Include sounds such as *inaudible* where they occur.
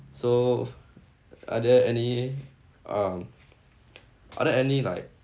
so are there any um *noise* are there any like